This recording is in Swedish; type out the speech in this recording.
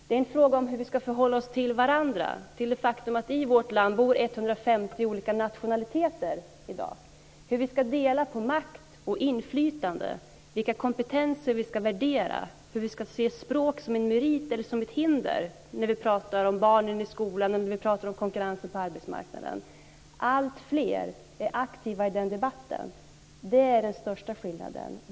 Det är en fråga om hur vi ska förhålla oss till varandra och till det faktum att det i vårt land bor 150 olika nationaliteter i dag, och om hur vi ska dela på makt och inflytande, vilka kompetenser vi ska värdera och om vi ska se språk som en merit eller som ett hinder när vi pratar om barnen i skolan och när vi pratar om konkurrensen på arbetsmarknaden. Alltfler är aktiva i den debatten. Det är den största skillnaden.